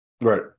right